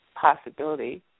possibility